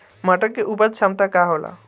मटर के उपज क्षमता का होला?